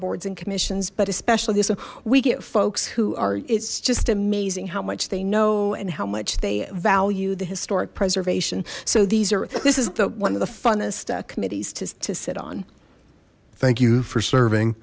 boards and commissions but especially there's a we get folks who are it's just amazing how much they know and how much they value the historic preservation so these are this is the one of the funnest committees to sit on thank you for serving